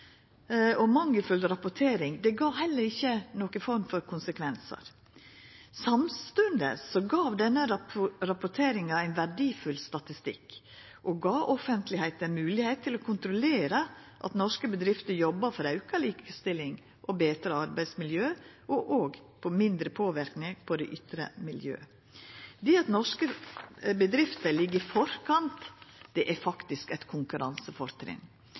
rapportering gav heller ikkje noka form for konsekvensar. Samstundes gav rapporteringa verdifull statistikk og moglegheit for det offentlege til å kontrollera at norske bedrifter jobba for auka likestilling, betre arbeidsmiljø og også for mindre påverknad på det ytre miljøet. Det at norske bedrifter ligg i forkant, er faktisk eit konkurransefortrinn,